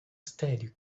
statue